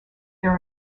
there